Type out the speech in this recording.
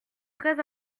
très